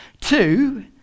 Two